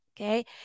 Okay